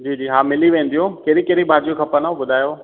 जी जी हा मिली वेंदियूं कहिड़ी कहिड़ी भाॼियूं खपनिव ॿुधायो